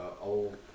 old